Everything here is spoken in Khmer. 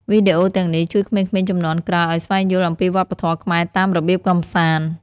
វីដេអូទាំងនេះជួយក្មេងៗជំនាន់ក្រោយឱ្យស្វែងយល់អំពីវប្បធម៌ខ្មែរតាមរបៀបកម្សាន្ត។